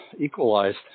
equalized